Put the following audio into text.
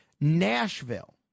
Nashville